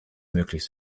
möglich